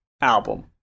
album